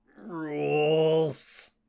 Rules